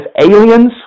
aliens